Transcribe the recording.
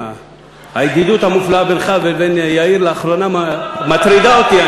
הידידות המופלאה בינך לבין יאיר לאחרונה מטרידה אותי.